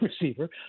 receiver